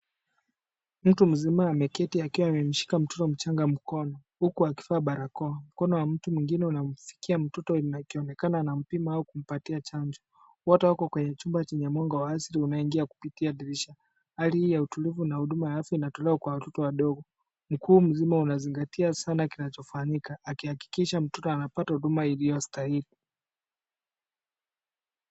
Mtu mzima ameketi akiwa amemshika mtoto mchanga mkono huku akivaa barakoa. Mkono wa mtu mwingine unamshikia mtoto akionekana anampima au kumpatia chanjo. Wote wako kwenye chumba chenye mwanga wazi unaoingia kupitia dirisha. Hali hii ya utulivu na huduma ya afya inatolewa kwa watoto wadogo. Mkuu mzima anazingatia sana kinachofanyika akihakikisha mtoto anapata huduma iliyostahili.